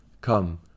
Come